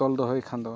ᱛᱚᱞ ᱫᱚᱦᱚᱭ ᱠᱷᱟᱱᱫᱚ